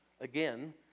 again